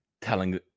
telling